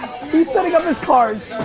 he's setting up his cards,